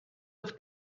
have